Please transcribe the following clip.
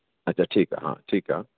अच्छा ठीकु आहे हा ठीकु आहे